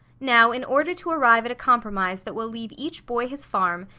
now in order to arrive at a compromise that will leave each boy his farm,